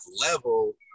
level